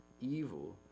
evil